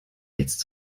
jetzt